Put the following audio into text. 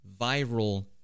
viral